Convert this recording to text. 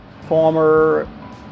former